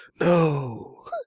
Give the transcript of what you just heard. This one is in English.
no